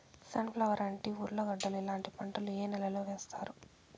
Sun flower, అంటి, ఉర్లగడ్డలు ఇలాంటి పంటలు ఏ నెలలో వేస్తారు?